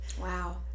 wow